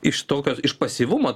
iš tokio iš pasyvumo